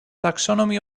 taxonomy